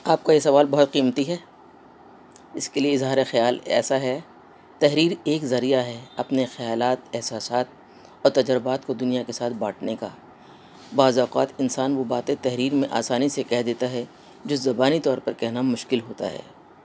آپ کا یہ سوال بہت قیمتی ہے اس کے لیے اظہارِ خیال ایسا ہے تحریر ایک ذریعہ ہے اپنے خیالات احساسات اور تجربات کو دنیا کے ساتھ بانٹنے کا بعض اوقات انسان وہ باتیں تحریر میں آسانی سے کہہ دیتا ہے جو زبانی طور پر کہنا مشکل ہوتا ہے